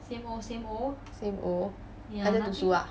same old 还在读书 ah